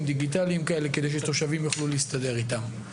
דיגיטליים כאלה שתושבים יוכלו להסתדר איתם.